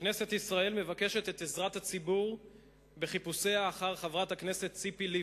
כנסת ישראל מבקשת את עזרת הציבור בחיפושיה אחר חברת הכנסת ציפי לבני,